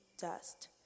dust